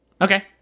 okay